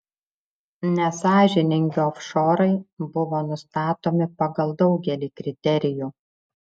nesąžiningi ofšorai buvo nustatomi pagal daugelį kriterijų